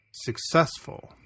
successful